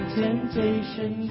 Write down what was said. temptation